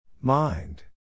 Mind